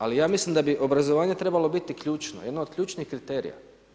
Ali, ja mislim da bi obrazovanje trebalo biti ključno, jadan od ključnih kriterija.